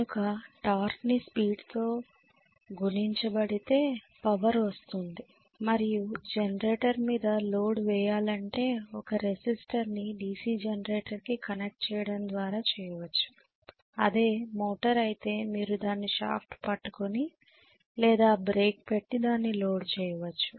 కనుక టార్క్ ని స్పీడ్ తో గుణించబడితే పవర్ వస్తుంది మరియు జెనరేటర్ మీదా లోడ్ వేయాలంటే ఒక రెసిస్టర్ ని DC జనరేటర్ కి కనెక్ట్ చేయడం ద్వారా చేయొచ్చు అదే మోటర్ అయితే మీరు దాని షాఫ్ట్ పట్టుకొని లేదా బ్రేక్ పెట్టి దాన్ని లోడ్ చేయొచ్చు